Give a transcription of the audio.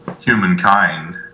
humankind